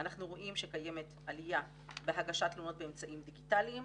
אנחנו רואים שקיימת עלייה בהגשת תלונות באמצעים דיגיטליים,